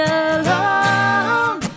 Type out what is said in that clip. alone